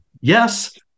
yes